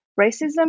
racism